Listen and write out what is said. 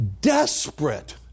desperate